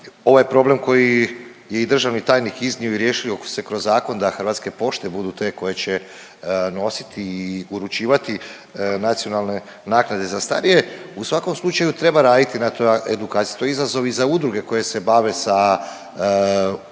ovaj problem koji je i državni tajnik iznio i riješio se kroz zakon da Hrvatske pošte budu te koje će nositi i uručivati nacionalne naknade za starije. U svakom slučaju treba raditi na toj edukaciji, to je izazov i za udruge koje se bave sa ovom